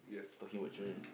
talking about children